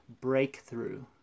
Breakthrough